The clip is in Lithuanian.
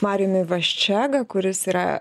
marijumi vaščega kuris yra